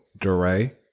Duray